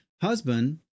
husband